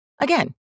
Again